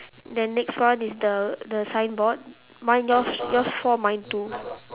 then next one is the the signboard mine yours yours four mine two